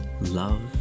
love